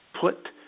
put